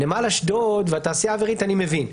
נמל אשדוד והתעשייה האווירית אני מבין,